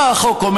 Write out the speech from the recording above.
מה החוק אומר?